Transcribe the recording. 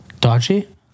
Dodgy